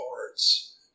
hearts